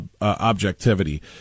objectivity